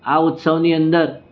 આ ઉત્સવની અંદર